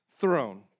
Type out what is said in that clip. throne